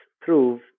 prove